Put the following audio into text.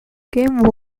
game